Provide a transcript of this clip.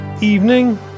evening